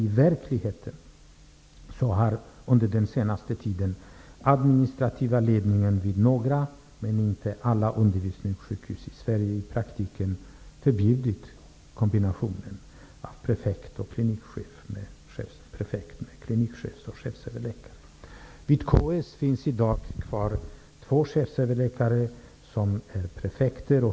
I verkligheten har under den senaste tiden den administrativa ledningen vid några men inte alla undervisningssjukhus i Sverige i praktiken förbjudit kombinationen prefekt-- Karolinska sjukhuset finns i dag kvar två chefsöverläkare som är prefekter.